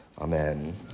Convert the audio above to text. Amen